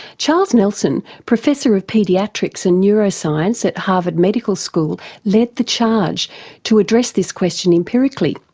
charles nelson, professor of paediatrics and neuroscience at harvard medical school, led the charge to address this question empirically,